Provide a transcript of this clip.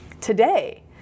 today